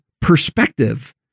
perspective